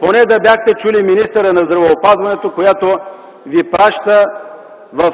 Поне да бяхте чули министърът на здравеопазването, която ви праща в